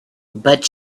but